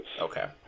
okay